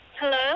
Hello